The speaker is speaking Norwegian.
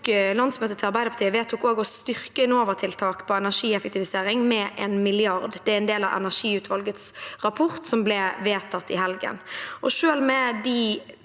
Landsmøtet til Arbeiderpartiet vedtok også å styrke Enova-tiltak for energieffektivisering med 1 mrd. kr. Det er en del av energiutvalgets rapport, som ble vedtatt i helgen. Selv med de